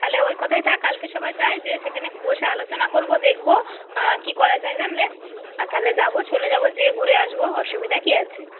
তাহলে ওই কথাই থাক কালকে সবাই যাই যেয়ে সেখানে বসে আলোচনা করবো দেখবো কি করা যায় জানলে আর তাহলে যাবো চলে যাবো যেয়ে ঘুরে আসবো অসুবিধা কি আছে